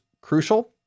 crucial